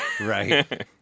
Right